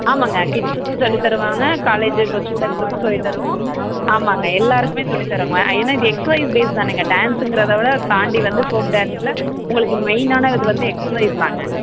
ஆமாம்ங்க கிட்ஸுக்கும் சொல்லி தருவாங்க காலேஜு இப்போ ஸ்டூடண்ட்ஸுக்கும் சொல்லி தருவோம் ஆமாம்ங்க எல்லாருக்குமே சொல்லி தரோங்க ஏன்னா இது எக்ஸர்சைஸ் பேஸ் தானேங்க டேன்ஸுங்கிறதை விட தாண்டி வந்து ஃபோல்க் டேன்ஸில் உங்களுக்கு மெயின்னான இது வந்து எக்ஸர்சைஸ் தாங்க